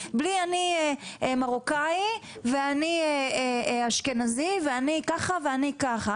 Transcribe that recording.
בלי אני מרוקאי ואני אשכנזי ואני ככה ואני ככה.